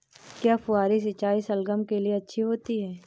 क्या फुहारी सिंचाई शलगम के लिए अच्छी होती है?